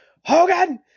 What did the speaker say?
Hogan